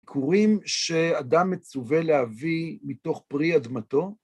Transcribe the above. (בי)כורים שאדם מצווה להביא מתוך פרי אדמתו?